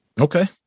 Okay